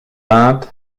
l’inde